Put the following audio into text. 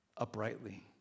uprightly